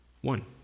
One